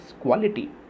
quality